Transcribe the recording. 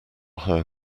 hire